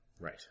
Right